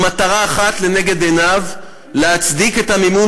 עם מטרה אחת לנגד עיניו: להצדיק את המימון